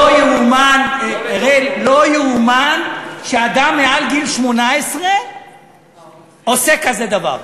לא ייאמן שאדם מעל גיל 18 עושה כזה דבר,